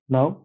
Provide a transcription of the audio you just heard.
Now